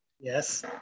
Yes